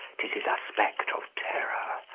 tis his aspect of terror.